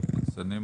התאחדות התעשיינים,